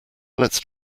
lets